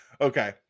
Okay